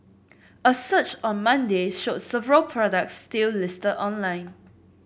a search on Monday showed several products still listed online